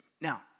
Now